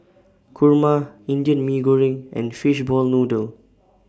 Kurma Indian Mee Goreng and Fishball Noodle